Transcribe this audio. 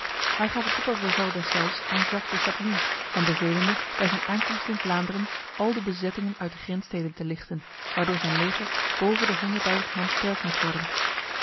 hij gaf het opperbevel deszelfs aan jacques de chatillon hem bevelende bij zijn aankomst in vlaanderen al de bezettingen uit de grenssteden te lichten waardoor zijn leger boven de man sterk moest worden